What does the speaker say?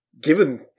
given